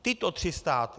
Tyto tři státy.